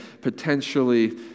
potentially